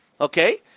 Okay